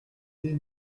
idée